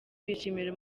bashimira